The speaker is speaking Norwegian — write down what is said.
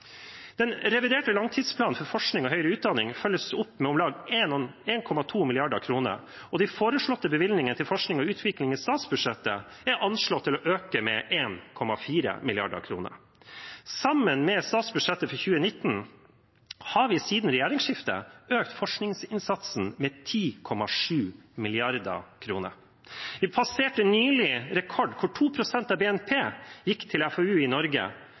Den reviderte langtidsplanen for forskning og høyere utdanning følges opp med om lag 1,2 mrd. kr, og de foreslåtte bevilgningene til forskning og utvikling i statsbudsjettet er anslått å øke med 1,4 mrd. kr. Med statsbudsjettet for 2019 har vi siden regjeringsskiftet økt forskningsinnsatsen med 10,7 mrd. kr. Vi passerte nylig en rekord da 2 pst. av BNP gikk til FoU i Norge,